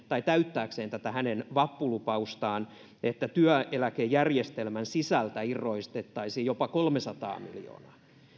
tai täyttääkseen tätä hänen vappulupaustaan että työeläkejärjestelmän sisältä irrotettaisiin jopa kolmesataa miljoonaa